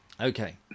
Okay